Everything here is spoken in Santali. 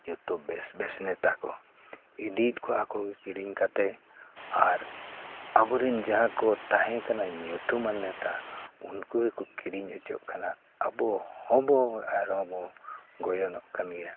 ᱡᱚᱛᱚ ᱵᱮᱥ ᱵᱮᱥ ᱱᱮᱛᱟ ᱠᱚ ᱤᱫᱤᱭᱮᱫ ᱠᱚᱣᱟ ᱠᱚ ᱟᱠᱚᱜᱮ ᱠᱤᱨᱤᱧ ᱠᱟᱛᱮᱫ ᱟᱨ ᱟᱵᱚᱨᱮᱱ ᱡᱟᱦᱟᱸ ᱠᱚ ᱛᱟᱦᱮᱸ ᱠᱟᱱᱟ ᱧᱩᱛᱩᱢᱟᱱ ᱱᱮᱛᱟ ᱩᱱᱠᱩ ᱜᱮᱠᱚ ᱠᱤᱨᱤᱧ ᱚᱪᱚᱜ ᱠᱟᱱᱟ ᱟᱵᱚ ᱦᱚᱸᱵᱚ ᱟᱨᱦᱚᱸ ᱵᱚ ᱜᱚᱡᱚᱱᱚᱜ ᱠᱟᱱ ᱜᱮᱭᱟ